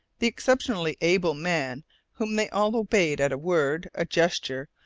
the exceptionally able man whom they all obeyed at a word, a gesture,